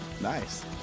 nice